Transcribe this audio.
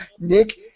Nick